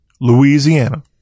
Louisiana